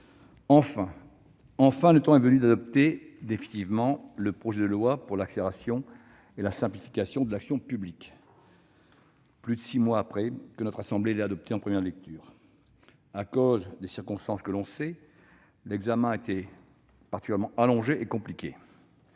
enfin !-, le temps est venu d'adopter définitivement le projet de loi d'accélération et de simplification de l'action publique, plus de six mois après que notre assemblée l'a adopté en première lecture. Du fait des circonstances que l'on connaît, son examen a été particulièrement allongé et compliqué.